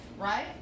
right